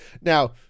Now